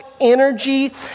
energy